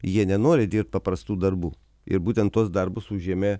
jie nenori dirbt paprastų darbų ir būtent tuos darbus užėmė